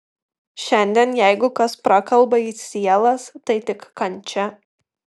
šiandien jeigu kas prakalba į sielas tai tik kančia